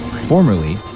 formerly